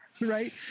Right